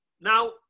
Now